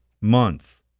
month